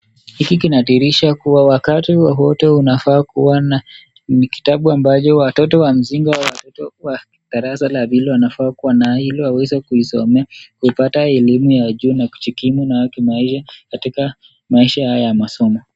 Hili kinadihirisha wakati wowote unafaa kuwa na kitabu ambao mtoto wa msingi wa darasa la pili wanafaa kuwa nayo hili waweze kuisomea ipada yenye elimu ya juu na kujikimu nayo kimaisha katika maisha yoa ya masomo.